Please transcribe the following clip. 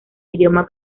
idioma